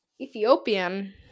Ethiopian